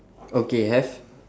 okay have